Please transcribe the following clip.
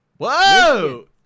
Whoa